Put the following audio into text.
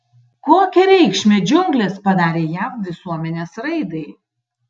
kokią reikšmę džiunglės padarė jav visuomenės raidai